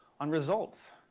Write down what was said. on results.